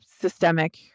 systemic